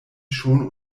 schon